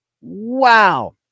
Wow